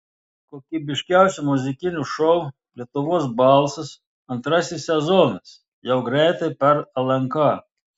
kokybiškiausio muzikinio šou lietuvos balsas antrasis sezonas jau greitai per lnk